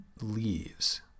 leaves